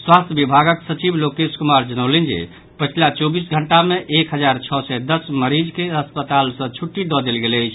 स्वास्थ्य विभागक सचिव लोकेश कुमार जनौलनि जे पछिला चौबीस घंटा मे एक हजार छओ सय दस मरीज के अस्पताल सॅ छुट्टी दऽ देल गेल अछि